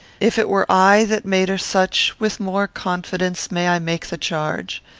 if it were i that made her such, with more confidence may i make the charge.